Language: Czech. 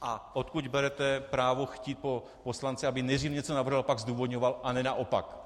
A odkud berete právo chtít po poslanci, aby nejdříve něco navrhl a pak zdůvodňoval, a ne naopak.